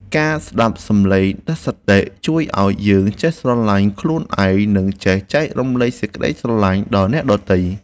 ការស្តាប់សំឡេងដាស់សតិជួយឱ្យយើងចេះស្រឡាញ់ខ្លួនឯង និង ចេះចែករំលែកសេចក្តីស្រឡាញ់ដល់អ្នកដទៃ។